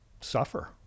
suffer